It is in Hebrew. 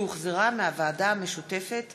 שהחזירה הוועדה המשותפת